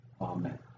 Amen